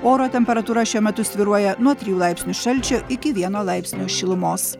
oro temperatūra šiuo metu svyruoja nuo trijų laipsnių šalčio iki vieno laipsnio šilumos